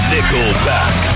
Nickelback